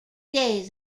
days